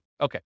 Okay